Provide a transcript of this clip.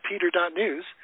peter.news